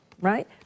right